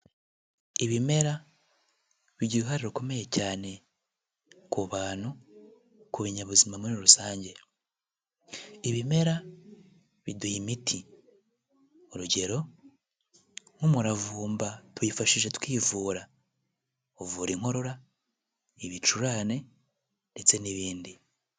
Ibimera, bigira uruhare rukomeye cyane ku bantu, ku binyabuzima muri rusange, ibimera biduha imiti, urugero; nk'umuravumba, tuwifashisha twivura, uvura inkorora, ibicurane ndetse n'ibindi.